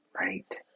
right